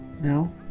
no